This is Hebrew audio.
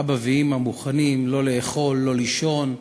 אבא ואימא מוכנים לא לאכול, לא לישון,